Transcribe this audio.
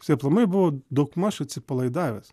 jisai aplamai buvo daugmaž atsipalaidavęs